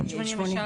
אלה סעיפי תחילה.